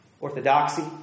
Orthodoxy